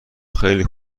خیلی